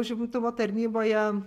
užimtumo tarnyboje